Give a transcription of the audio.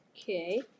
Okay